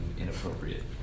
inappropriate